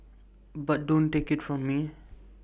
but don't take IT from me